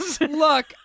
Look